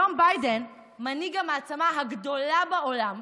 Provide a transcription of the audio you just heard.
היום ביידן, מנהיג המעצמה הגדולה בעולם,